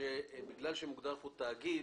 שבגלל שמוגדר פה "תאגיד",